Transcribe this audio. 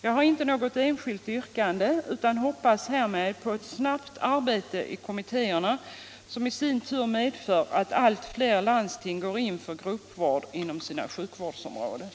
Jag har inte något särskilt yrkande, utan hoppas härmed på ett snabbt arbete i kommittéerna och att detta i sin tur medför att allt fler landsting går in för gruppvård inom sina sjukvårdsområden.